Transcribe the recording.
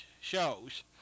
shows